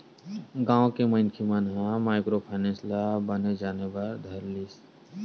गाँव के मनखे मन ह माइक्रो फायनेंस ल बने जाने बर धर लिस